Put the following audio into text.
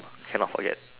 cannot forget